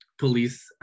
police